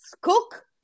cook